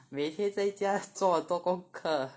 每天在家做很多功课